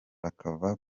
bakava